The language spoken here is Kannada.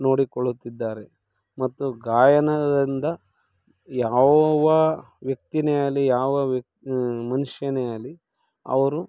ನೋಡಿಕೊಳ್ಳುತ್ತಿದ್ದಾರೆ ಮತ್ತು ಗಾಯನ ಇಂದ ಯಾವ ವ್ಯಕ್ತಿಯೇ ಅಲ್ಲಿ ಯಾವ ವ್ಯ ಮನುಷ್ಯನೇ ಆಗ್ಲಿ ಅವರು